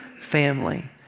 family